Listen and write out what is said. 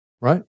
Right